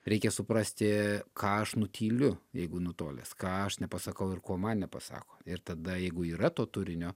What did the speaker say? reikia suprasti ką aš nutyliu jeigu nutolęs ką aš nepasakau ir ko man nepasako ir tada jeigu yra to turinio